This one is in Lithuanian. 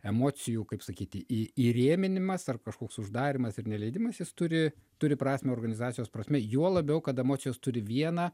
emocijų kaip sakyti į įrėminimas ar kažkoks uždarymas ir neleidimas jis turi turi prasmę organizacijos prasme juo labiau kad emocijos turi vieną